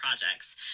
projects